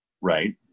right